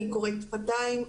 אני קוראת שפתיים,